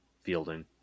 fielding